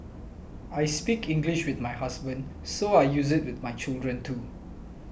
I speak English with my husband so I use it with my children too